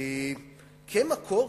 כמקור,